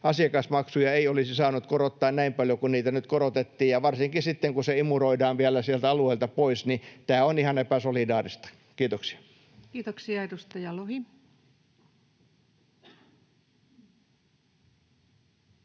että asiakasmaksuja ei olisi saanut korottaa näin paljon kuin niitä nyt korotettiin, ja varsinkin kun se imuroidaan vielä sieltä alueilta pois, niin tämä on ihan epäsolidaarista. — Kiitoksia.